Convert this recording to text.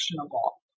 actionable